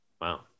Wow